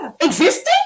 Existing